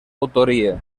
autoria